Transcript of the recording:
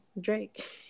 Drake